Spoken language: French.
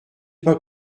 pas